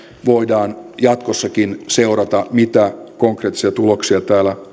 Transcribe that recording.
voidaan jatkossakin seurata mitä konkreettisia tuloksia